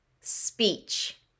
Speech